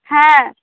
হ্যাঁ